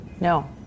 no